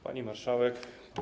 Pani Marszałek!